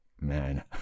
man